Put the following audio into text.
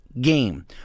game